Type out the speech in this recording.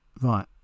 right